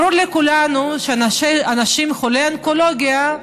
ברור לכולנו שאנשים חולי אונקולוגיה,